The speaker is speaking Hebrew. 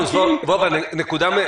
תודה רבה.